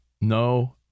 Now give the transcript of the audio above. No